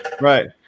Right